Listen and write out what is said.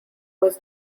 was